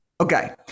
Okay